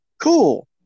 Cool